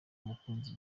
umukunzi